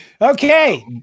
Okay